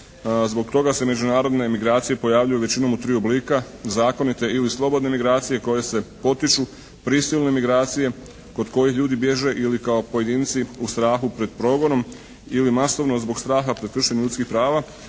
Zbog toga se međunarodne migracije pojavljuju većinom u tri oblika: zakonite ili slobodne migracije koje se potiču, prisilne migracije kod kojih ljudi bježe ili kao pojedinci u strahu pred progonom ili masovno zbog straha pred kršenjem ljudskih prava